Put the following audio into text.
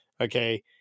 okay